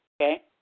okay